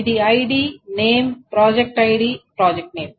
ఇది ID name project ID project name